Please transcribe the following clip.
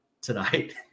tonight